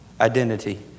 identity